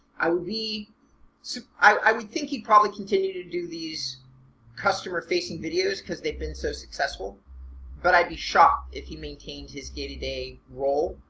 i so i would think he'd probably continue to do these customer-facing videos because they've been so successful but i'd be shocked if he maintains his day to day role.